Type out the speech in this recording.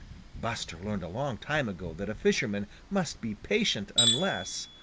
buster learned a long time ago that a fisherman must be patient unless,